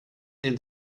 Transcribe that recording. den